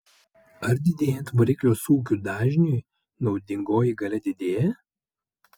ar didėjant variklio sūkių dažniui naudingoji galia didėja